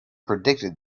predicted